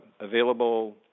available